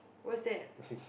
what's that